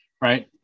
Right